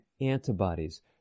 antibodies